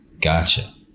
Gotcha